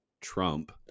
Trump